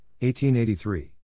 1883